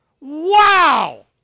Wow